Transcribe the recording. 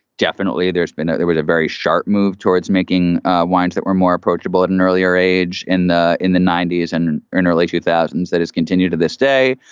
definitely there's been there was a very sharp move towards making wines that were more approachable at an earlier age in in the ninety s and early two thousand s. that has continued to this day.